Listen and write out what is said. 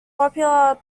popular